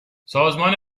سازمان